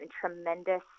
tremendous